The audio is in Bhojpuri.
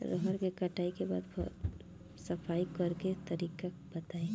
रहर के कटाई के बाद सफाई करेके तरीका बताइ?